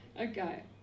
Okay